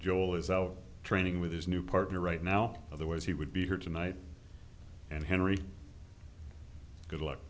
joel is out training with his new partner right now otherwise he would be here tonight and henry good luck